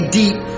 deep